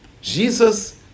Jesus